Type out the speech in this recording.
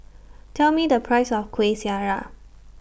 Tell Me The Price of Kuih Syara